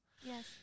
yes